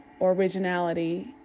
originality